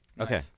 Okay